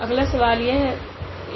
अगला सवाल यह है